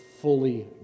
fully